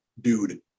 dude